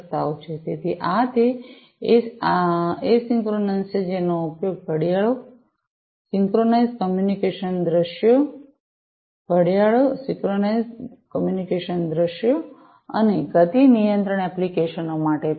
તેથી આ તે આઇસોક્રોનસ છે જેનો ઉપયોગ ઘડિયાળો સિંક્રનાઇઝ્ડ કમ્યુનિકેશન દૃશ્યો ઘડિયાળો સિંક્રનાઇઝ્ડ કમ્યુનિકેશન દૃશ્યો અને ગતિ નિયંત્રણ એપ્લિકેશનો માટે યોગ્ય છે